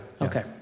Okay